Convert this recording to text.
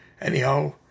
Anyhow